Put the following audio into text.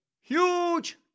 huge